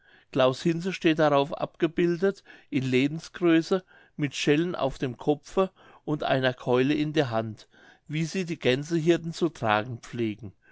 claus hinze steht darauf abgebildet in lebensgröße mit schellen auf dem kopfe und einer keule in der hand wie sie die gänsehirten zu tragen pflegen